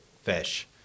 fish